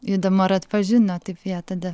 įdomu ar atpažino taip ją tada